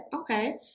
Okay